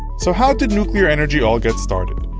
so how did nuclear energy all get started?